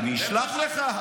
אני אשלח לך.